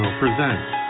presents